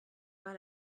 war